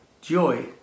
Joy